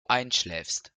einschläfst